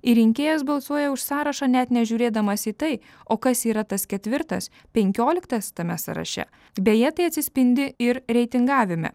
ir rinkėjas balsuoja už sąrašą net nežiūrėdamas į tai o kas yra tas ketvirtas penkioliktas tame sąraše beje tai atsispindi ir reitingavime